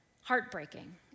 Heartbreaking